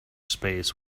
space